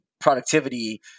productivity